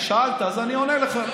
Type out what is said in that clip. שאלת, אז אני עונה לך.